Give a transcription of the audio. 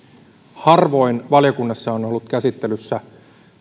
harvoin valiokunnassa on on ollut käsittelyssä